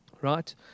right